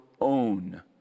own